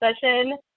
session